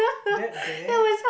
that bad